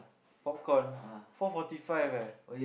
popcorn four forty five eh